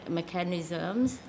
mechanisms